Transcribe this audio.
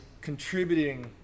contributing